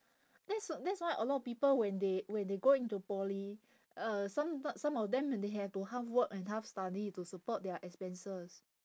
that's w~ that's why a lot of people when they when they go into poly uh some some of them they have to half work and half study to support their expenses